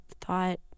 thought